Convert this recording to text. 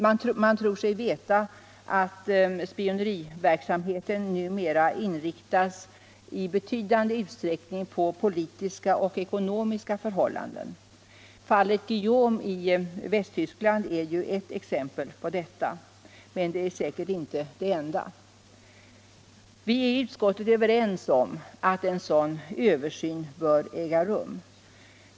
Man tror sig veta att spioneriverksamheten numera i betydande utsträckning inriktas på politiska och ekonomiska förhållanden. Fallet Guillaume i Västtyskland är ju ett exempel på detta, och det är säkert inte det enda. Vi är i utskottet överens om att en sådan översyn bör äga rum.